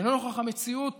לנוכח המציאות